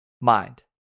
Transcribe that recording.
mind